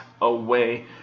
away